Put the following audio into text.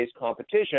competition